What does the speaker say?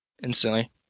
Instantly